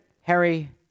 Harry